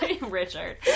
Richard